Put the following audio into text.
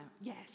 Yes